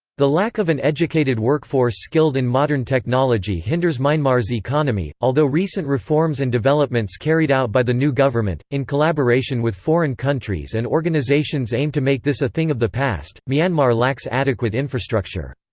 the lack of an educated workforce skilled in modern technology hinders myanmar's economy, although recent reforms and developments carried out by the new government, in collaboration with foreign countries and organisations aim to make this a thing of the past myanmar lacks adequate infrastructure.